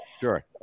sure